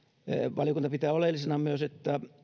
valiokunta pitää oleellisena myös että